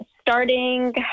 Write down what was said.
starting